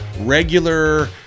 regular